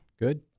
Good